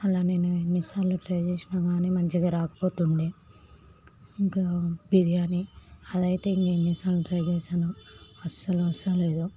అలానే నేను ఎన్నిసార్లు ట్రై చేసినా గానీ మంచిగా రాకపోతుండే ఇంకా బిర్యానీ అదైతే ఇంక ఎన్నిసార్లు ట్రై చేశానో అస్సలు వస్తలేదు